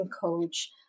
coach